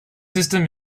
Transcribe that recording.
system